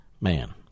man